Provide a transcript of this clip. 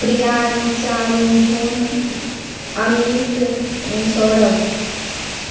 Priya Richa Runjhun Amit Saurabh